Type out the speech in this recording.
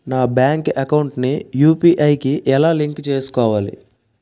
నా bank account ని UPI కి ఎలా లింక్ చేసుకోవాలి?